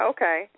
Okay